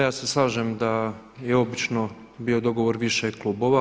Ja se slažem da je obično bio dogovor više klubova.